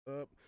up